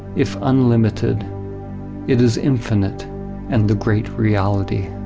if unlimited it is infinite and the great reality.